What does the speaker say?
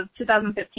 2015